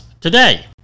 today